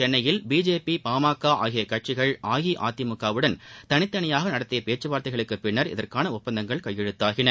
சென்னையில் பிஜேபி பாமக ஆகிய கட்சிகள் அஇஅதிமுகவுடன் தனித்தனியாக நடத்திய இன்று பேச்சுவார்த்தைகளுக்கு பின்னர் இதற்கான ஒப்பந்தங்கள் கையெழுத்தாகின